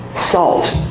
Salt